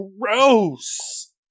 Gross